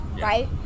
right